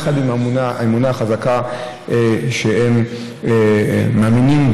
יחד עם האמונה החזקה שהם מאמינים,